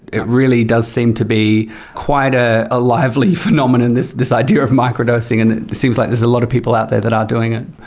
it really does seem to be quite ah a lively phenomenon, this this idea of microdosing, and it seems like there's a lot of people out there that are doing it.